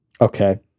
Okay